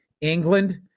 England